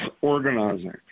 organizing